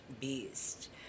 beast